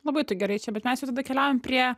labai tu gerai čia bet mes jau tada keliaujam prie